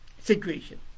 situation